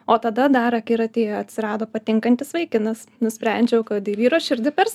o tada dar akiratyje atsirado patinkantis vaikinas nusprendžiau kad į vyro širdį per